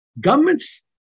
governments